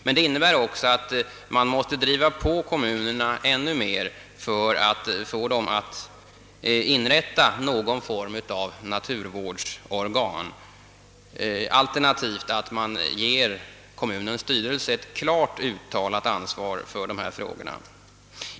Men det innebär också att man måste driva på kommunerna ännu mer för att få dem att inrätta någon form av naturvårdsorgan eller alternativt ge kommunens styrelse ett klart uttalat ansvar för dessa frågor.